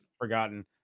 forgotten